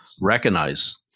recognize